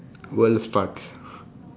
world sports